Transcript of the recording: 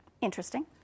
Interesting